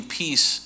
peace